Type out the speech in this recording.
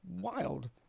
Wild